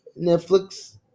Netflix